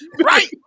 Right